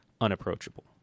unapproachable